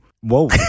Whoa